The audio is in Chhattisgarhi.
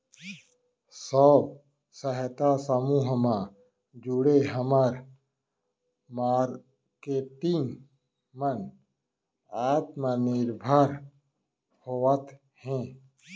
स्व सहायता समूह म जुड़े हमर मारकेटिंग मन आत्मनिरभर होवत हे